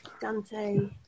Dante